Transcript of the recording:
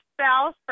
spouse